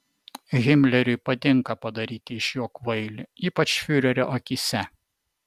himleriui patinka padaryti iš jo kvailį ypač fiurerio akyse